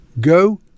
Go